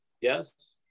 yes